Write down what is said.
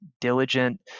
diligent